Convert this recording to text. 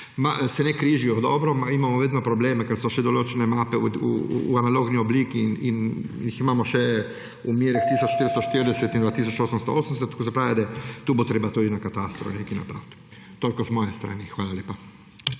se ne križajo dobro, imamo vedno probleme, ker so določene mape še v analogni obliki in jih imamo še v merah tisoč 440 in dva tisoč 880. Se pravi, da tu bo treba tudi na katastru nekaj narediti. Toliko z moje strani. Hvala lepa.